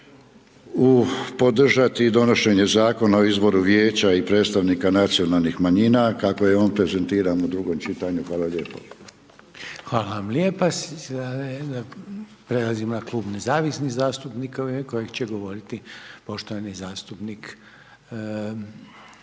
u, podržati donošenje Zakona o izboru Vijeća i predstavnika nacionalnih manjina kako je on prezentiran u drugom čitanju. Hvala lijepo. **Reiner, Željko (HDZ)** Hvala vam lijepa. Prelazimo na Klub nezavisnih zastupnika, u ime kojeg će govoriti poštovani zastupnik